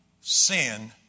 sin